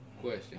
Question